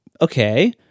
okay